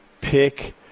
pick